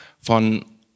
von